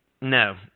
No